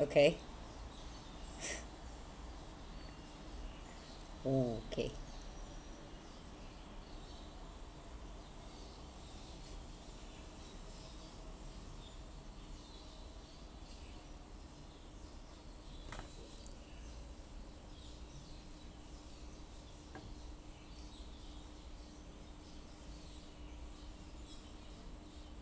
okay oo okay